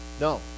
No